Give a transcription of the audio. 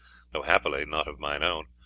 though happily not of mine own.